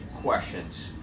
questions